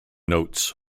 notes